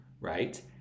right